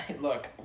look